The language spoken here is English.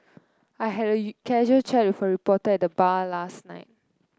I had a you casual chat with a reporter at the bar last night